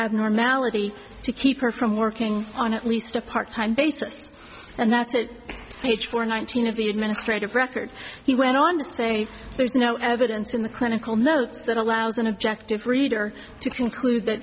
abnormality to keep her from working on at least a part time basis and that's page four nineteen of the administrative record he went on to say there's no evidence in the clinical notes that allows an objective reader to conclude that